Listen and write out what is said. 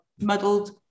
muddled